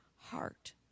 heart